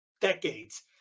decades